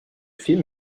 film